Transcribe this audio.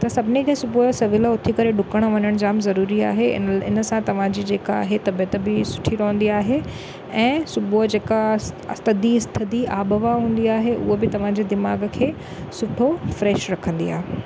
त सभनीनि खे सुबुह जो सवेल उथी करे ॾुकणु वञणु जाम ज़रूरी आहे इन सां तव्हांजी जेका आहे तबियतु बि सुठी रव्हंदी आहे ऐं सुबुह जो जेका थदी थदी आब हवा हूंदी आहे हूअ बि तव्हांजे दीमाग़ु खे सुठो फ्रेश रखंदी आहे